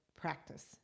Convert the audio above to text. practice